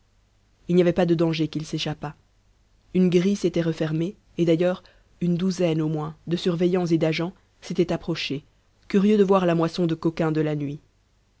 il n'y avait pas de danger qu'il s'échappât une grille s'était refermée et d'ailleurs une douzaine au moins de surveillants et d'agents s'étaient approchés curieux de voir la moisson de coquins de la nuit